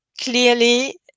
clearly